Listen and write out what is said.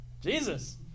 jesus